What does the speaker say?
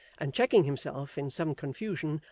and checking himself, in some confusion,